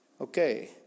okay